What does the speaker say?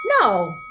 no